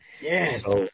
Yes